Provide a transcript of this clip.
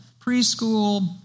preschool